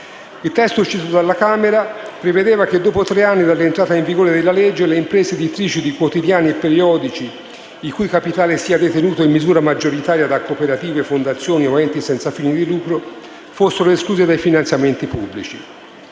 Il testo uscito dalla Camera prevedeva che, dopo tre anni dall'entrata in vigore della legge, le imprese editrici di quotidiani e periodici il cui capitale sia detenuto in misura maggioritaria da cooperative, fondazioni o enti senza fini di lucro, fossero escluse dai finanziamenti pubblici.